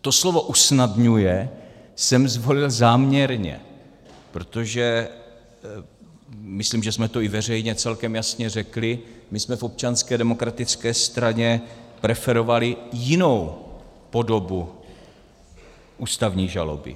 To slovo usnadňuje jsem zvolil záměrně, protože myslím, že jsme to i veřejně celkem jasně řekli my jsme v Občanské demokratické straně preferovali jinou podobu ústavní žaloby.